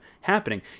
happening